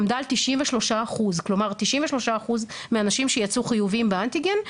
עמדה על 93%. כלומר 93% מהאנשים שיצאו חיובים באנטיגן,